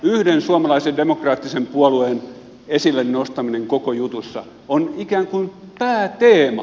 yhden suomalaisen demokraattisen puolueen esille nostaminen koko jutussa on ikään kuin pääteema